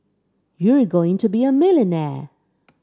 you're going to be a millionaire